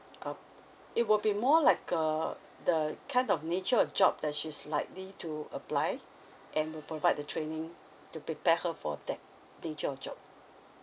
uh it will be more like uh the kind of nature of job that she's likely to apply and we'll provide the training to prepare her for that nature of job